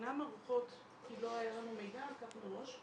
אינן ערוכות כי לא היה לנו מידע על כך מראש.